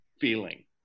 feeling